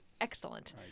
excellent